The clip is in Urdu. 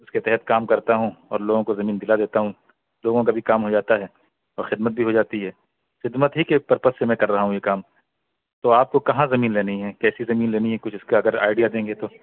اس کے تحت کام کرتا ہوں اور لوگوں کو زمین دلا دیتا ہوں لوگوں کا بھی کام ہو جاتا ہے اور خدمت بھی ہو جاتی ہے خدمت ہی کے پرپس سے میں کر رہا ہوں یہ کام تو آپ کو کہاں زمین لینی ہے کیسی زمین لینی ہے کچھ اس کا اگر آئیڈیا دیں گے تو